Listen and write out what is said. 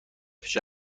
بشه